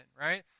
right